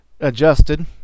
adjusted